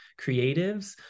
creatives